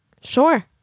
Sure